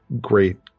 great